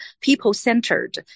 people-centered